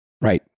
Right